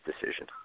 decision